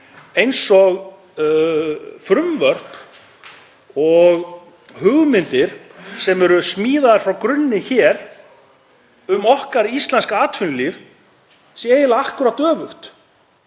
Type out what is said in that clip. eins og frumvörp og hugmyndir sem eru smíðaðar frá grunni hér um okkar íslenska atvinnulíf séu eiginlega akkúrat öfugt,